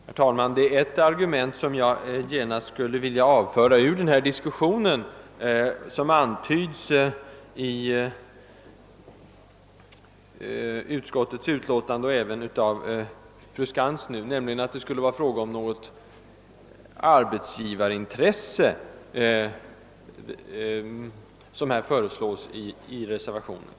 Herr talman! Jag skulle från denna diskussion genast vilja avföra ett argument, som antytts i utskottets utlåtande och nu även av fru Skantz, nämligen att det skulle vara ett arbetsgivarintresse som förs fram i reservationen I.